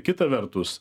kita vertus